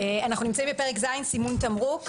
אנחנו בפרק ז', סימון תמרוק.